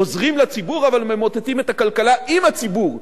עוזרים לציבור אבל ממוטטים את הכלכלה עם הציבור,